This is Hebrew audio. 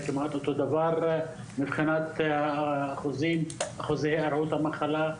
כמעט אותו דבר מבחינת אחוזי היארעות המחלה,